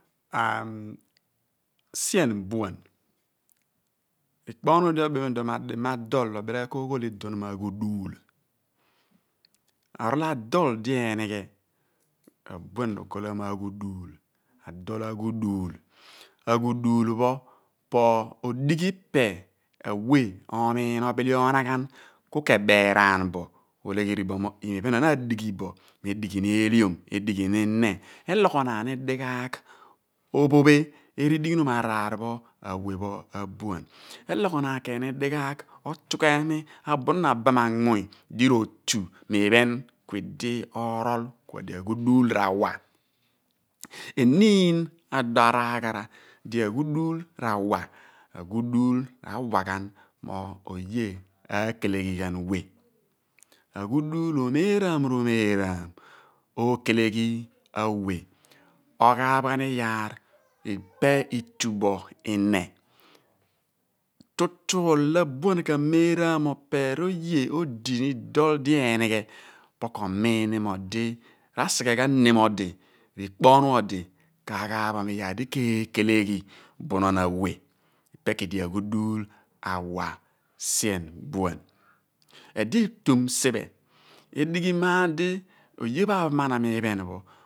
sien buan ikpi ohnu di obem mo adima adol r'obile ghan ko oghol mo aghuudul orol adol di enighe, abuan rokol ghan mo aghuudul, adol aghuudul, aghuudul pho po igho ipe awe omiin obile onaghan ku ke beeraara bo olegheri bo mo ii iphen mi radighi bo edighi ni ehliom edighi ni ihne elogho naan ni dighaagh ophophe edighinom iraar pho awe pho abuan elogho naan ken ni dighaagh otunhemi abunon abam anmunu di ro tu mo iphen ku idi orol ku edi aghuduul ra wa eniin odo araghara di aghudul r'awa aghuduul ra/wa ghan mo oye aakeleghi ghan we aghuduul omeeraam r'omeeraam rokeleghi awe, oghaaph ghan iyaar ipe i/tu bo ihne tutu olo abuan k'ameeraam mo opeer oye odini dol di enighe po ko umiin ni mo odi ra/sighe ghan nem odi r'ikpo onnu odi kaghaaphom iyaar di k'eeceleghi bunon awe ipe ku edi aghuduul r'awa sien buan edi etum siphe, edighi maar di oye maphamanam iphen pho.